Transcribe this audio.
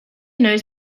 knows